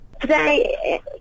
Today